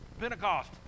Pentecost